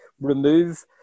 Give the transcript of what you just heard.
remove